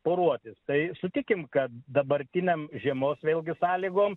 poruotis tai sutikim kad dabartinėm žiemos vėlgi sąlygom